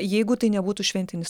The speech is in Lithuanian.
jeigu tai nebūtų šventinis